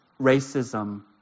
racism